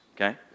okay